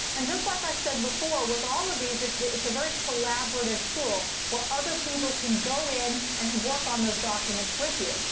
and just like i said before, with all of these, it's a very collaborative tool, where other people can go in and work on those documents with you.